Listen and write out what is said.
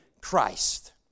Christ